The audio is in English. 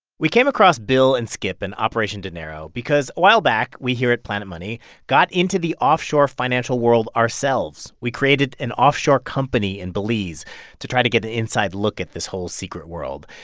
we came across bill and skip and operation dinero because a while back, we here at planet money got into the offshore financial world ourselves. we created an offshore company in belize to try to get an inside look at this whole secret world.